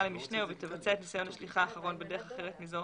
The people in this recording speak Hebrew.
למשנהו ותבצע את ניסיון השליחה האחרון בדרך אחרת מזו